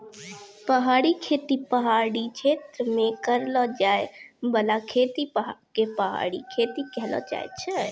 पहाड़ी खेती पहाड़ी क्षेत्र मे करलो जाय बाला खेती के पहाड़ी खेती कहलो जाय छै